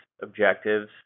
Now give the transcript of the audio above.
objectives